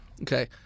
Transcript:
Okay